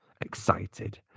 excited